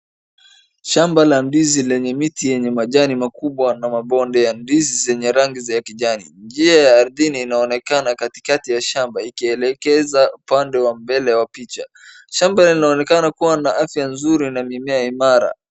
Shamba la ndizi lenye miti yenye majani makubwa na mabonde ya ndizi zenye rangi za kijani. Nji ya ardhini inaonekana katikati shambani ikielekeza upande wa mbele ya picha. Shamba linnaonekana kuwa na afya nzuri na mimie imara.